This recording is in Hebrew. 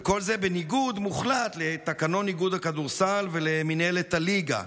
וכל זה בניגוד מוחלט לתקנון איגוד הכדורסל ולמינהלת הליגה.